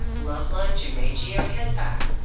loveline djoumejio kenfack.